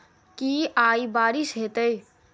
की आय बारिश हेतै?